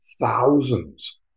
thousands